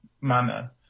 Manner